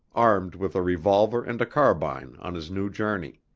armed with a revolver and carbine, on his new journey.